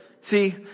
See